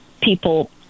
People